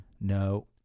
no